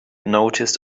noticed